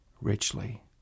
richly